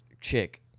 chick